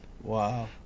Wow